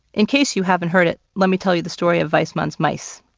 in case you haven't heard it, let me tell you the story of weismann's mice.